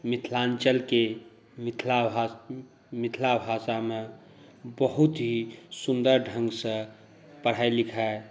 मिथिलाञ्चलके मिथिला भाषामे बहुत ही सुन्दर ढ़ंगसँ पढ़ाइ लिखाइ